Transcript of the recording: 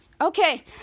Okay